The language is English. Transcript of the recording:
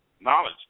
Knowledge